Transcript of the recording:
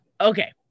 Okay